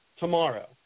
Tomorrow